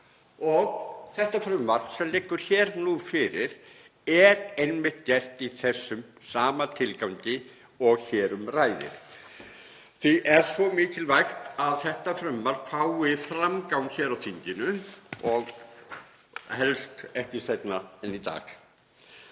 Þetta frumvarp sem liggur hér fyrir er einmitt gert í þessum sama tilgangi og hér um ræðir. Því er svo mikilvægt að frumvarpið fái framgang hér á þinginu og helst ekki seinna en í dag.